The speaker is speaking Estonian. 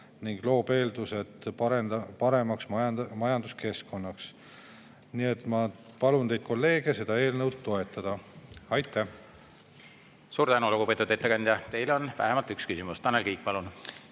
ning see loob eeldused paremaks majanduskeskkonnaks. Nii et ma palun teid, kolleegid, seda eelnõu toetada. Aitäh! Suur tänu, lugupeetud ettekandja! Teile on vähemalt üks küsimus. Tanel Kiik, palun!